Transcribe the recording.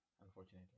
unfortunately